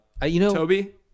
Toby